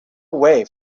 way